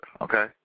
okay